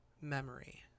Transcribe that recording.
memory